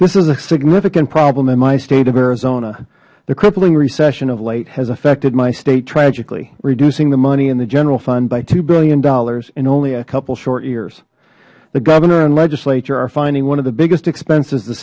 a significant problem in my state of arizona the crippling recession of late has affected my state tragically reducing the money in the general fund by two dollars billion in only a couple short years the governor and legislature are finding of the biggest expenses the